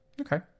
Okay